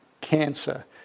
cancer